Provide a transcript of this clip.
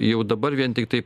jau dabar vien tiktai